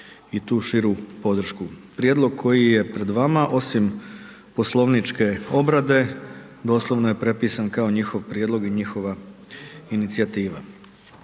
i tu širu podršku. Prijedlog koji je pred vama osim poslovničke obrade, doslovno je prepisan kao njihov prijedlog i njihova inicijativa.